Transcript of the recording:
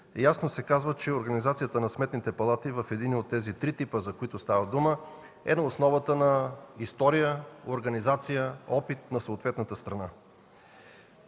ясно се казва, че изборът на организацията на сметните палати на единия от тези три типа, за които става дума, е на основата на история, организация, опит на съответната страна.